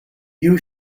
you